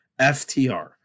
FTR